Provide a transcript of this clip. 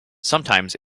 sometimes